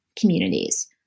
communities